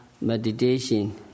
meditation